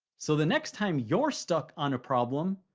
so the next time you're stuck on a problem,